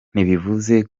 ntibivuze